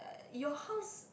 your house